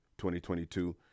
2022